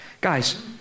Guys